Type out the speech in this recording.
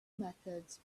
methods